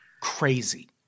crazy